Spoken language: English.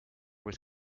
was